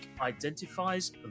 identifies